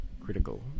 Critical